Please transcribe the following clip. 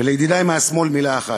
ולידידי מהשמאל מילה אחת.